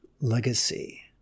Legacy